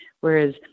Whereas